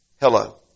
Hello